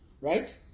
Right